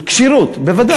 כשירות, בוודאי.